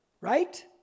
right